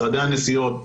משרדי הנסיעות,